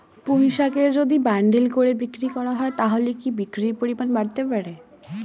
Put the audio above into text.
পুঁইশাকের যদি বান্ডিল করে বিক্রি করা হয় তাহলে কি বিক্রির পরিমাণ বাড়তে পারে?